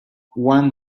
one